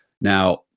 Now